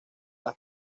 las